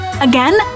Again